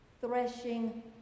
threshing